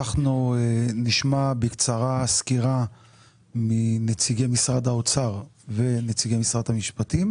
אנחנו נשמע בקצרה סקירה מנציגי משרד האוצר ונציגי משרד המשפטים.